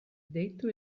deitu